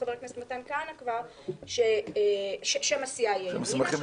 חבר הכנסת מתן כהנא ששם הסיעה יהיה ימינה,